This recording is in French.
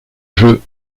jeu